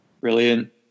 Brilliant